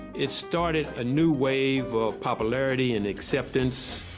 it started a new wave of popularity and acceptance.